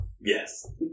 Yes